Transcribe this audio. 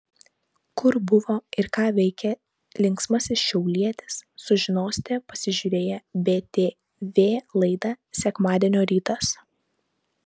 kur buvo ir ką veikė linksmasis šiaulietis sužinosite pasižiūrėję btv laidą sekmadienio rytas